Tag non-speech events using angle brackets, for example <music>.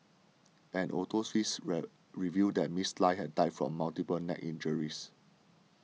an autopsy <unintelligible> revealed that Miss Lie had died from multiple neck injuries